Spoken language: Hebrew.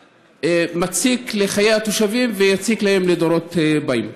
שמציק לחיי התושבים ויציק להם בדורות הבאים.